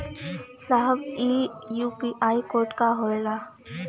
साहब इ UPI code का होला?